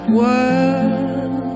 world